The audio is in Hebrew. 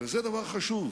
זה דבר חשוב.